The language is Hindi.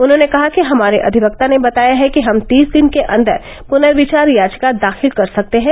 उन्होंने कहा कि हमारे अधिवक्ता ने बताया है कि हम तीस दिन के अन्दर पुनर्विचार याचिका दाखिल कर सकते हैं